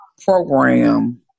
program